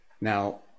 Now